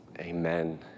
Amen